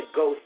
go